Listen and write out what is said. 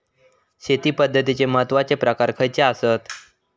शेती पद्धतीचे महत्वाचे प्रकार खयचे आसत?